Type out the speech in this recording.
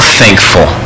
thankful